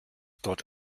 dort